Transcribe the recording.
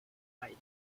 arise